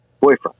boyfriend